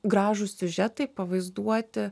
gražūs siužetai pavaizduoti